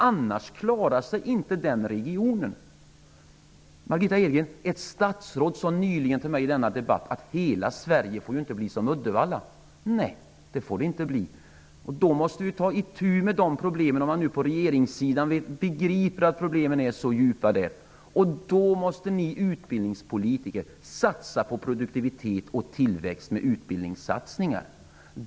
Annars klarar sig inte den regionen. Margitta Edgren, ett statsråd sade nyligen till mig i en debatt att hela Sverige inte får bli som Uddevalla. Nej, det får det inte bli. Därför måste vi ta itu med problemen. Om man nu på regeringssidan begriper att problemen är så djupa, då måste ni utbildningspolitiker satsa på produktivitet och tillväxt med utbildningssatsningar.